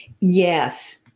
Yes